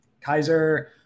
Kaiser